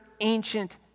ancient